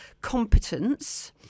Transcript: competence